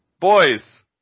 boys